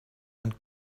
and